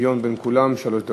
שוויון בין כולם, שלוש דקות.